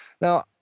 Now